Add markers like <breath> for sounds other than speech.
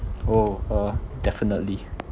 oh uh definitely <breath>